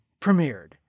premiered